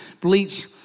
bleach